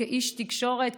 כאיש תקשורת,